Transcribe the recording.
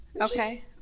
Okay